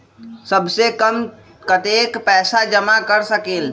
सबसे कम कतेक पैसा जमा कर सकेल?